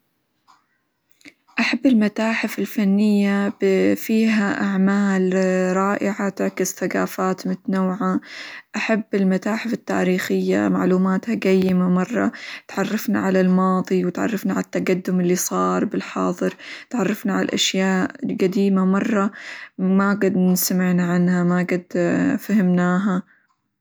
أحب المتاحف الفنية -ب- فيها أعمال رائعة تعكس ثقافات متنوعة، أحب المتاحف التاريخية معلوماتها قيمة مرة، تعرفنا على الماضي، وتعرفنا على التقدم اللي صار بالحاظر، تعرفنا على الأشياء القديمة مرة، ما قد سمعنا عنها ما قد فهمناها.